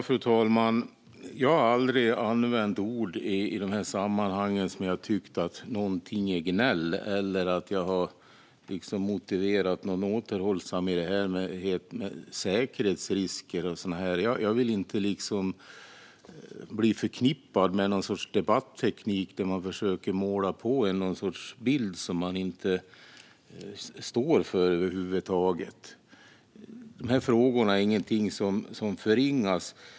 Fru talman! Jag har aldrig använt ord i de här sammanhangen som att jag skulle ha tyckt att någonting är "gnäll". Jag har inte heller motiverat återhållsamhet med argument om säkerhetsrisk eller något sådant. Jag vill inte bli förknippad med en debatteknik där man försöker måla på mig någon sorts bild som jag över huvud taget inte står för. De här frågorna är ingenting som förringas.